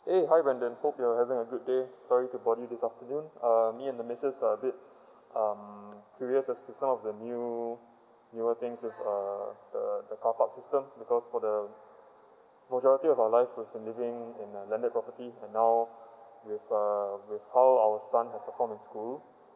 eh hi brandon hope you're having a good day sorry to bother you this afternoon um me and the missus are a bit um curious as to some of the new newer things with uh the the carpark system because for the majority of our life we've been living in a landed property and now with uh with how our son has performed in school